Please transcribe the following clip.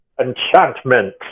enchantment